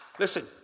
Listen